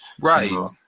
right